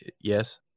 Yes